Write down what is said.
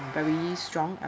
very strong and